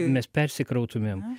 mes persikrautumėm